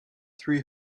three